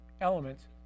elements